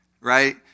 right